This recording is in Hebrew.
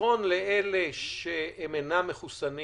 מסרון לאלה שאינם מחוסנים